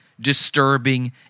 disturbing